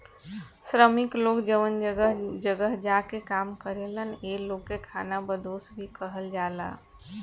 श्रमिक लोग जवन जगह जगह जा के काम करेलन ए लोग के खानाबदोस भी कहल जाला